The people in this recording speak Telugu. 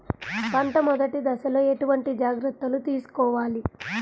పంట మెదటి దశలో ఎటువంటి జాగ్రత్తలు తీసుకోవాలి?